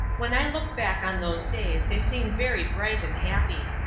when i look back on those days they seem very bright and happy.